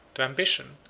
to ambition,